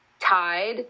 tied